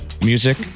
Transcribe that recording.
music